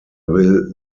will